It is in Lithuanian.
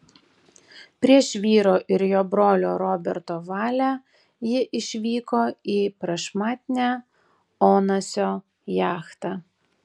prieš vyro ir jo brolio roberto valią ji išvyko į prašmatnią onasio jachtą